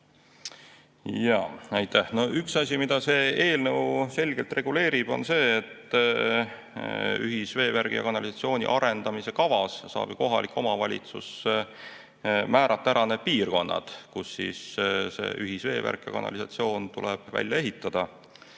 Aitäh! No üks asi, mida see eelnõu selgelt reguleerib, on see, et ühisveevärgi ja ‑kanalisatsiooni arendamise kavas saab kohalik omavalitsus määrata ära need piirkonnad, kus see ühisveevärk ja ‑kanalisatsioon tuleb välja ehitada.